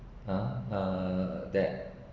err err that